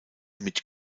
mit